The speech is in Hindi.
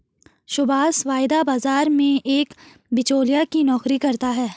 सुभाष वायदा बाजार में एक बीचोलिया की नौकरी करता है